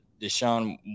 Deshaun